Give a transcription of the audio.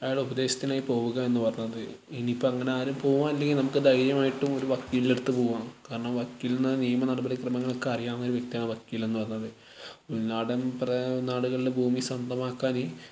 അയാളുടെ ഉപദേശത്തിനായി പോവുക എന്ന് പറഞ്ഞത് ഇനി ഇപ്പോൾ അങ്ങനെ ആരും പോകാൻ ഇല്ലെങ്കിൽ നമുക്ക് ധൈര്യമായിട്ട് ഒരു വക്കീലിൻ്റെ അടുത്ത് പോകാം കാരണം വക്കീൽ എന്ന് പറഞ്ഞാൽ നിയമ നടപടിക്രമങ്ങൾ ഒക്കെ അറിയാവുന്ന ഒരു വ്യക്തി ആണ് വക്കീലെന്ന് പറയുന്നത് ഉൾനാടൻ പ്ര ഉൾനാടുകളിൽ ഭൂമി സ്വന്തമാക്കാന്